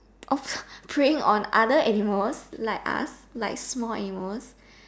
of preying on other animals like us like small animals